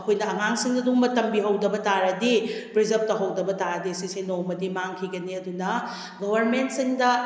ꯑꯩꯈꯣꯏꯅ ꯑꯉꯥꯡꯁꯤꯡꯗ ꯑꯗꯨꯒꯨꯝꯕ ꯇꯝꯕꯤꯍꯧꯗꯕ ꯇꯥꯔꯗꯤ ꯄ꯭ꯔꯤꯖꯥꯕ ꯇꯧꯍꯧꯗꯕ ꯇꯥꯔꯗꯤ ꯑꯁꯤꯁꯦ ꯅꯣꯡꯃꯗꯤ ꯃꯥꯡꯈꯤꯒꯅꯤ ꯑꯗꯨꯅ ꯒꯣꯕꯔꯃꯦꯅꯁꯤꯡꯗ